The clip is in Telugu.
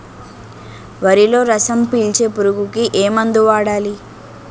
వరిలో రసం పీల్చే పురుగుకి ఏ మందు వాడాలి?